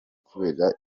kubera